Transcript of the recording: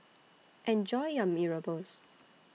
Enjoy your Mee Rebus